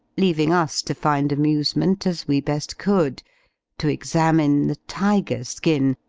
leaving us to find amusement as we best could to examine the tiger-skin,